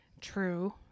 True